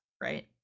right